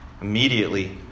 Immediately